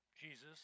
Jesus